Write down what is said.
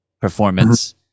performance